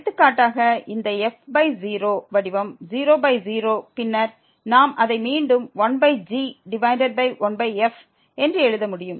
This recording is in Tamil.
எனவே எடுத்துக்காட்டாக இந்த f0 வடிவம் 00 பின்னர் நாம் அதை மீண்டும் 1g டிவைடட் பை 1f என்று எழுத முடியும்